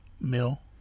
Mill